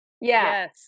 Yes